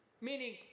Meaning